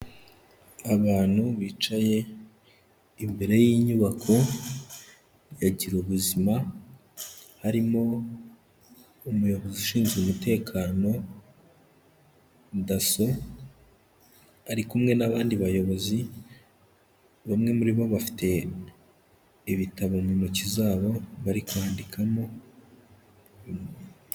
Abantu bicaye imbere yinyubako ya girubuzima, harimo umuyobozi ushinzwe umutekano, dasso, ari kumwe n'abandi bayobozi, bamwe muri bo bafite ibitabo mu ntoki zabo, bari kwandikamo.